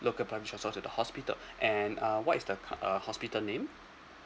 local public transport to the hospital and uh what is the uh hospital name